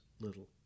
little